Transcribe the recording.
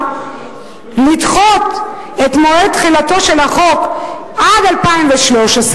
אפשרות לדחות את מועד תחילתו של החוק עד 2013?